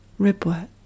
ribwort